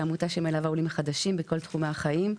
שהיא עמותה שמלווה עולים חדשים בכל תחומי החיים,